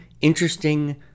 interesting